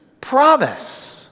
promise